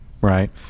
right